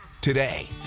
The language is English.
today